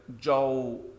Joel